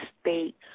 state